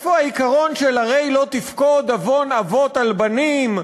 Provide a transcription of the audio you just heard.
הרי איפה העיקרון של לא תפקוד עוון אבות על בנים,